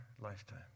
lifetime